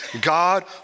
God